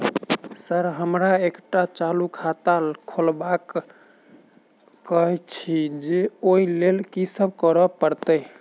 Sir हमरा एकटा चालू खाता खोलबाबह केँ छै ओई लेल की सब करऽ परतै?